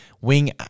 wing